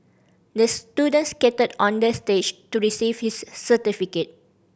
the student skated on the stage to receive his certificate